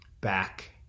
back